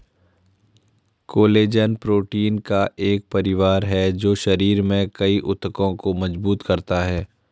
collagen protein का एक परिवार है जो शरीर में कई ऊतकों को मजबूत करता है